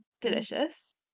delicious